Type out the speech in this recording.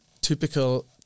typical